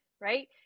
right